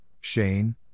Shane